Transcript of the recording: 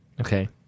Okay